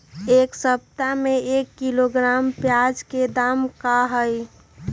एक सप्ताह में एक किलोग्राम प्याज के दाम का होई?